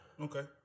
okay